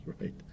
right